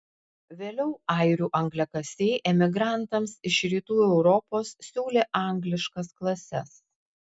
vėliau airių angliakasiai emigrantams iš rytų europos siūlė angliškas klases